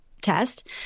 test